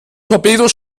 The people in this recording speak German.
torpedos